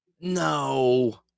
No